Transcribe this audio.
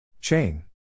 Chain